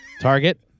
Target